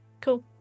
Cool